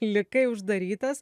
likai uždarytas